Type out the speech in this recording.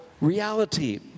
reality